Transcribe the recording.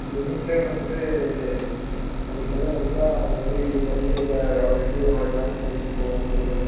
இப்போ நீங்களே வந்துட்டு அப்படி செல்லம் கொடுத்தா எப்படி படிக்கிறதில் அவன் எப்படி அவனோட கான்சென்ட்ரேஷன் போகும் சொல்லுங்க